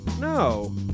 No